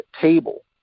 table